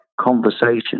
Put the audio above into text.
conversation